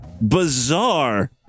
Bizarre